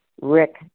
Rick